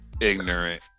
Ignorant